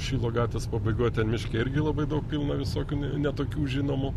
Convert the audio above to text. šilo gatvės pabaigoj ten miške irgi labai daug pilna visokių ne ne tokių žinomų